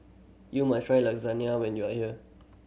you must try Lasagna when you are here